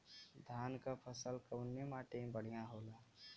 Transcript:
धान क फसल कवने माटी में बढ़ियां होला?